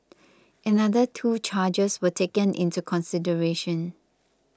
another two charges were taken into consideration